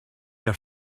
your